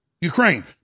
Ukraine